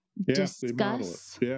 discuss